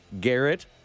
Garrett